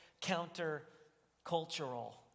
counter-cultural